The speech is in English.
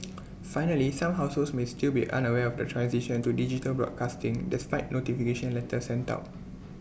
finally some households may still be unaware of the transition to digital broadcasting despite notification letters sent out